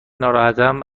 ناراحتم